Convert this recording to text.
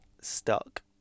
stuck